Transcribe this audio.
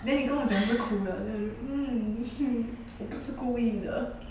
then 你跟我讲是苦的 then 我就 mm hmm 我不是故意的